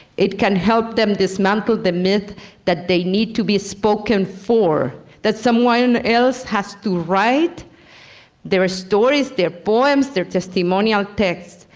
it can help them dismantle the myth that they need to be spoken for that someone else has to write their stories, their poems, their testimonial text,